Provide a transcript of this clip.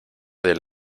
del